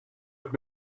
have